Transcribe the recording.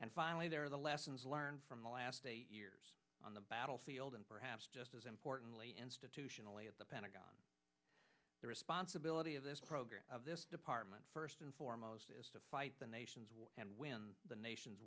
and finally there are the lessons learned from the last eight years on the battlefield and perhaps just as importantly institutionally at the pentagon the responsibility of this program of this department first and foremost is to fight the nation's war and win the nation